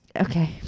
Okay